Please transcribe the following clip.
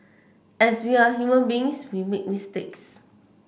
as we are human beings we make mistakes